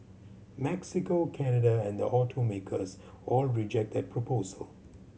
Mexico Canada and the automakers all reject that proposal